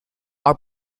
are